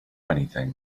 anything